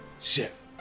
chef